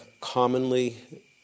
commonly